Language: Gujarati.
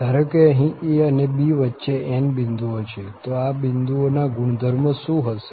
ધારો કે અહીં a અને b વચ્ચે n બિંદુઓ છે તો આ બિંદુઓ ના ગુણધર્મ શું હશે